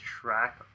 track